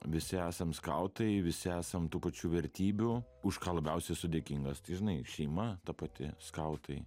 visi esam skautai visi esam tų pačių vertybių už ką labiausiai esu dėkingas tai žinai šeima ta pati skautai